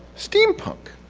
steampunk.